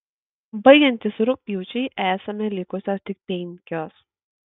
baigiantis rugpjūčiui esame likusios tik penkios